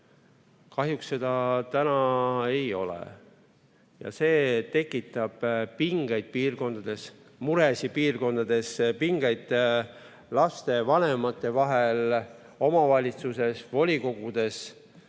Kahjuks seda täna ei ole ja see tekitab pingeid ja muresid piirkondades, pingeid lastevanemate vahel, omavalitsustes, volikogudes. Ma